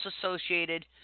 associated